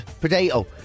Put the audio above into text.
potato